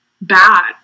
bad